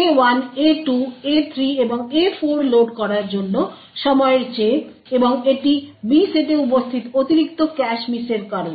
A1 A2 A3 এবং A4 load করার জন্য সময়ের চেয়ে এবং এটি B সেটে উপস্থিত অতিরিক্ত ক্যাশ মিস এর কারণে